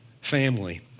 family